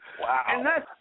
Wow